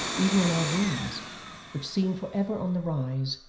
even in our dreams which seemed for ever on the rise,